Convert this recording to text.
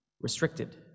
restricted